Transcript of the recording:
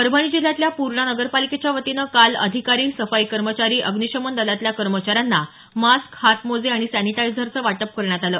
परभणी जिल्ह्यातल्या पूर्णा नगरपालिकेच्या वतीनं काल अधिकारी सफाई कर्मचारी अग्निशमन दलातल्या कर्मचाऱ्यांना मास्क हातमोजे आणि सॅनिटायझरचं वाटप करण्यात आलं